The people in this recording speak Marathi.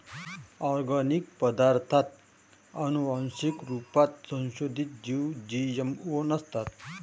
ओर्गानिक पदार्ताथ आनुवान्सिक रुपात संसोधीत जीव जी.एम.ओ नसतात